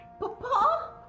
Papa